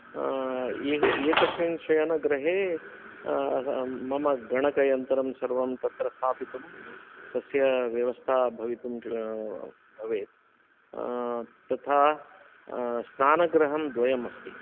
एह् एकस्मिन् शयनगृहे मम गणकयन्त्रं सर्वं तत्र स्थापितुं तस्य व्यवस्था भवितुं भवेत् तथा स्नागृहं द्वयम् अस्ति